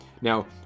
Now